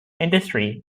industry